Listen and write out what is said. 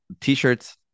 T-shirts